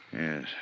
Yes